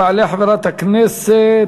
תעלה חברת הכנסת